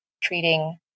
treating